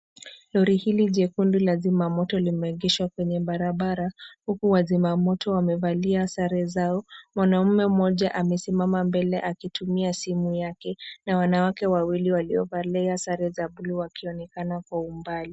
Lori hili jekundu la zima moto limeegeshwa kwenye barabara huku wazima moto wamevalia sare zao . Mwanaume mmoja amesimama mbele akitumia simu yake na wanawake wawili waliovalia sare za buluu wakionekana kwa mbali.